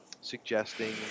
suggesting